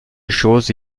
chose